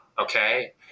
okay